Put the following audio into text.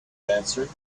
answered